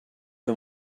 que